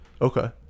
Okay